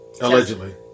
Allegedly